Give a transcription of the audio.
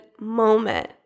moment